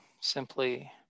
simply